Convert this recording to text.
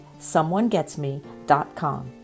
someonegetsme.com